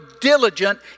diligent